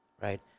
right